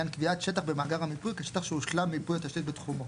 קביעת שטח במאגר המיפוי כשטח שהושלם מיפוי התשתית בתחומו